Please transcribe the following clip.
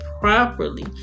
properly